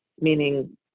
meaning